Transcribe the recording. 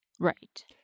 Right